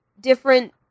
different